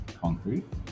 Concrete